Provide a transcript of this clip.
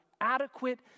adequate